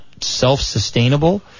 self-sustainable